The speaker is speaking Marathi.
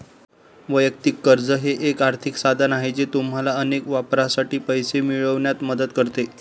वैयक्तिक कर्ज हे एक आर्थिक साधन आहे जे तुम्हाला अनेक वापरांसाठी पैसे मिळवण्यात मदत करते